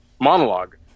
monologue